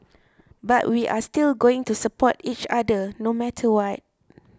but we are still going to support each other no matter what